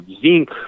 zinc